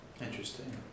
Interesting